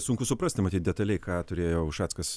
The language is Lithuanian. sunku suprasti matyt detaliai ką turėjo ušackas